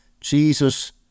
Jesus